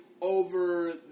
over